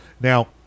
Now